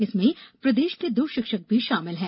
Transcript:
इनमें प्रदेश के दो शिक्षक भी शामिल हैं